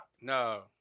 No